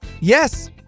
Yes